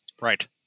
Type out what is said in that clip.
Right